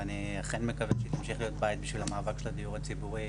ואני מקווה שהיא תמשיך להיות בית בשביל המאבק של הדיור הציבורי.